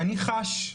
ואני חש,